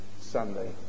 Sunday